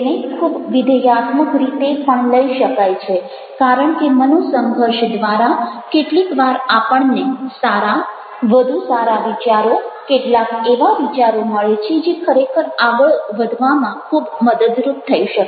તેને ખૂબ વિધેયાત્મક રીતે પણ લઈ શકાય છે કારણ કે મનોસંઘર્ષ દ્વારા કેટલીક વાર આપણને સારા વધુ સારા વિચારો કેટલાક એવા વિચારો મળે છે કે જે ખરેખર આગળ વધવામાં ખૂબ મદદરૂપ થઈ શકે